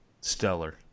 stellar